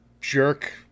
jerk